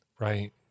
Right